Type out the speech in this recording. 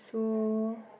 so